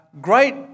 great